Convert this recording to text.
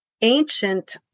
ancient